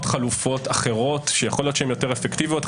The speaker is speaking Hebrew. חלופות אחרות שיכול להיות שהן יותר אפקטיביות.